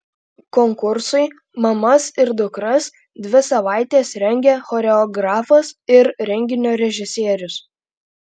konkursui mamas ir dukras dvi savaites rengė choreografas ir renginio režisierius